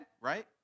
right